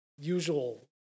usual